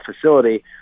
facility –